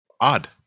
odd